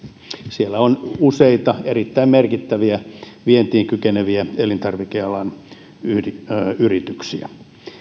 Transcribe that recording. siellä on useita erittäin merkittäviä vientiin kykeneviä elintarvikealan yrityksiä